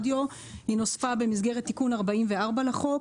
היא נוספה במסגרת תיקון 44 לחוק,